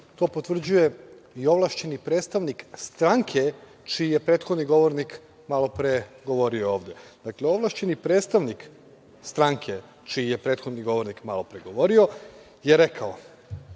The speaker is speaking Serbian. to potvrđuje i ovlašćeni predstavnik stranke čiji je prethodni govornik malopre govorio ovde. Dakle, ovlašćeni predstavnik stranke čiji je prethodni govornik malopre govorio je rekao